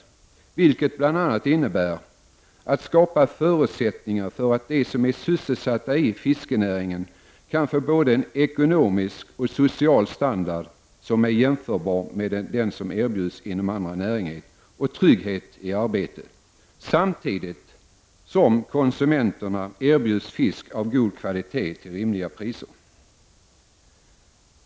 Detta innebär bl.a. ”att skapa förutsättningar för att de som är sysselsatta i fiskenäringen kan få både en ekonomisk och social standard som är jämförbar med den som erbjuds inom andra näringar och trygghet i arbetet samtidigt som konsumenterna erbjuds fisk av god kvalitet till rimliga priser”.